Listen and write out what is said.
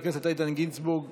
חבר הכנסת איתן גינזבורג,